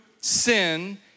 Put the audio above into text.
sin